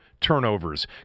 turnovers